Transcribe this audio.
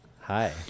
Hi